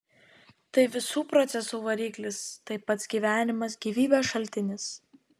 tai visų procesų variklis tai pats gyvenimas gyvybės šaltinis